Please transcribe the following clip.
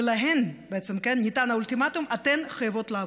ולהן בעצם ניתן האולטימטום: אתן חייבות לעבור.